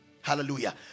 Hallelujah